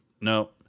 no